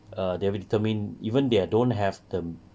err they are very determined even they are don't have th~ um